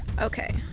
Okay